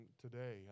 today